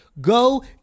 Go